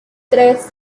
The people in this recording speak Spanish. tres